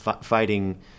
fighting